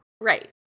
Right